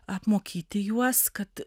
apmokyti juos kad